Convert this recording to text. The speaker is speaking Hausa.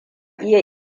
iya